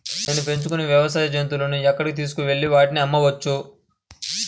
నేను పెంచుకొనే వ్యవసాయ జంతువులను ఎక్కడికి తీసుకొనివెళ్ళి వాటిని అమ్మవచ్చు?